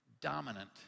dominant